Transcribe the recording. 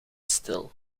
stil